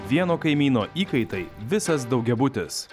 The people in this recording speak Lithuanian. vieno kaimyno įkaitai visas daugiabutis